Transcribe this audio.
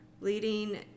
leading